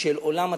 של עולם מתירני,